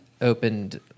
Opened